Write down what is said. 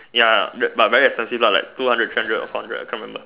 ya but very expensive lah like two hundred three hundred or four hundred I can't remember